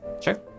Sure